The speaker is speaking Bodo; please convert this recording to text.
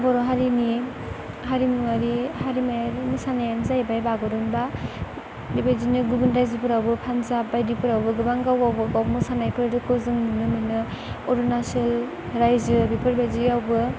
बर' हारिनि हारिमुआरि हारिमायारि मोसानायानो जाहैबाय बागुरुम्बा बेबायदिनो गुबुन रायजोफोरावबो पान्जाब बायदि बायदिफोरावबो गोबां गाव गावबा गाव मोसानायफोरखौ जों नुनो मोनो अरुनाचल रायजो बेफोर बायदियावबो